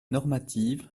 normative